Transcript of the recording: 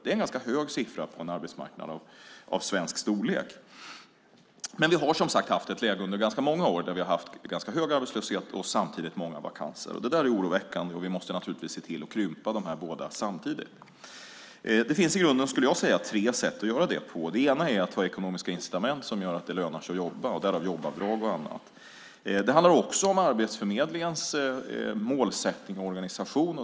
Det är en ganska hög siffra på en arbetsmarknad av svensk storlek. Vi har, som sagt, haft ett läge under ganska många år med hög arbetslöshet och samtidigt många vakanser. Det är oroväckande och vi måste naturligtvis se till att krympa de båda samtidigt. Det finns i grunden tre sätt att göra det. Ett är att ha ekonomiska incitament som gör att det lönar sig att jobba - därav jobbavdrag och annat. Det handlar också om Arbetsförmedlingens målsättning och organisation.